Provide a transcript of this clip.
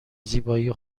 زیبایی